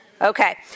Okay